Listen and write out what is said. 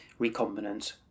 recombinant